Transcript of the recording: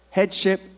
Headship